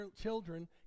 children